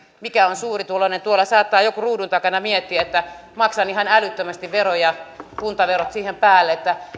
mikä on suurituloinen tuolla saattaa joku ruudun takana miettiä että maksan ihan älyttömästi veroja kuntaverot siihen päälle